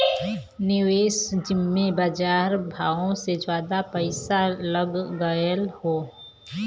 निवेस जिम्मे बजार भावो से जादा पइसा लग गएल हौ